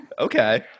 Okay